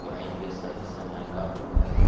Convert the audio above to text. बुआई के सही समय का होला?